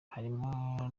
harimo